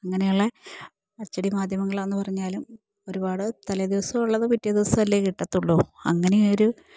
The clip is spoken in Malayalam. അങ്ങനെയുള്ള അച്ചടി മാധ്യമങ്ങളാണെന്നു പറഞ്ഞാലും ഒരുപാട് തലേദിവസമുള്ളത് പിറ്റേ ദിവസമല്ലേ കിട്ടത്തുള്ളൂ അങ്ങനെയൊരു